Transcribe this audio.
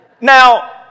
Now